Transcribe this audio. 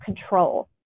control